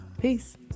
Peace